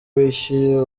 wishyuye